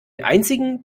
einzigen